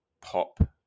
pop